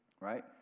right